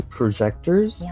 projectors